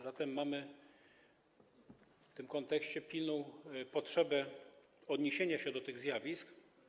Zatem mamy w tym kontekście pilną potrzebę odniesienia się do tych zjawisk.